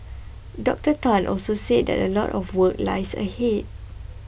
Doctor Tan also said that a lot of work lies ahead